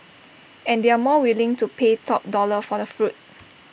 and they are more willing to pay top dollar for the fruit